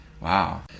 wow